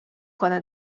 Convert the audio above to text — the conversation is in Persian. کنه